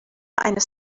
eines